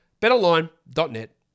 Betterline.net